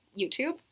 YouTube